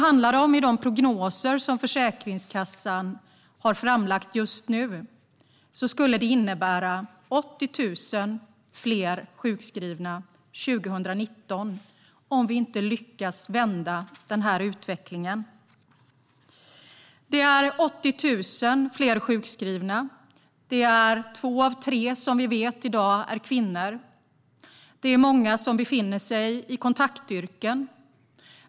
Enligt de prognoser som Försäkringskassan har lagt fram nu skulle det innebära 80 000 fler sjukskrivna 2019, om vi inte lyckas vända utvecklingen - 80 000 fler sjukskrivna. Vi vet att två av tre av de sjukskrivna är kvinnor i dag. Många befinner sig i kontaktyrken.